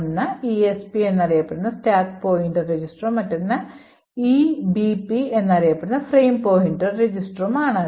ഒന്ന് ESP എന്നറിയപ്പെടുന്ന stack pointer registerഉം മറ്റൊന്ന് EBP എന്ന് എന്നറിയപ്പെടുന്ന ഫ്രെയിം പോയിന്റർ registerഉം ആണ്